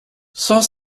cent